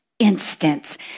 instance